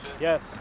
Yes